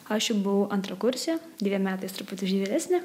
aš jau buvau antrakursė dviem metais truputį vyresnė